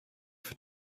für